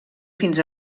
fins